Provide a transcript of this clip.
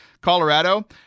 Colorado